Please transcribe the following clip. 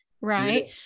right